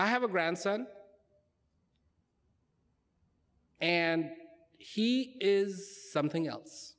i have a grandson and he is something else